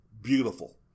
beautiful